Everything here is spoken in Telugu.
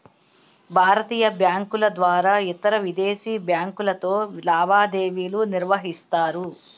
భారతీయ బ్యాంకుల ద్వారా ఇతరవిదేశీ బ్యాంకులతో లావాదేవీలు నిర్వహిస్తారు